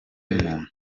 w’umuntu